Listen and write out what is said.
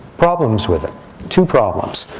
problems with it two problems,